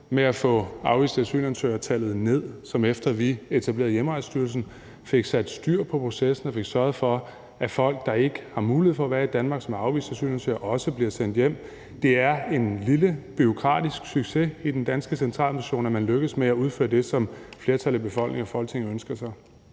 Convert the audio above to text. af afviste asylansøgere ned, som efter at vi fik etableret Hjemrejsestyrelsen og fik sat styr på processen og sørget for, at folk, der ikke har mulighed for at være i Danmark, og som er afviste asylansøgere, også bliver sendt hjem. Det er en lille bureaukratisk succes i den danske centraladministration, at man er lykkedes med at udføre det, som flertallet af befolkningen og Folketinget ønsker sig.